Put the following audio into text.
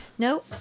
No